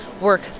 work